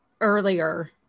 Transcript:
earlier